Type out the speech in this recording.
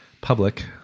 public